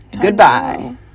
goodbye